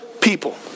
people